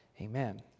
amen